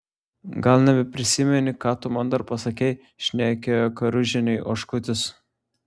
gal nebeprisimeni ką tu man dar pasakei šnekėjo karužienei oškutis